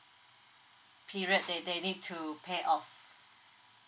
period that they need to pay off